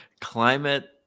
climate